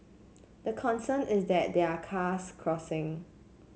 the concern is that there are cars crossing